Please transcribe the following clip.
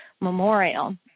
memorial